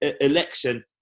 election